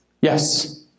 Yes